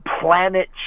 planet